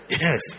Yes